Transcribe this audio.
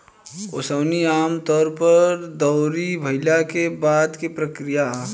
ओसवनी आमतौर पर दौरी भईला के बाद के प्रक्रिया ह